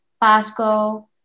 Pasco